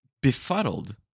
befuddled